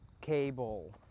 cable